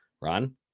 Ron